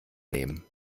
nehmen